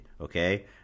Okay